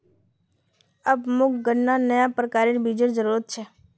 अब मोक गन्नार नया प्रकारेर बीजेर जरूरत छ